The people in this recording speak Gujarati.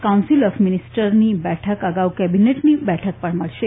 કાઉન્સીલ ઓફ મિનિસ્ટરની બેઠક અગાઉ કેબિનેટની બેઠક પણ મળશે